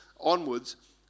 onwards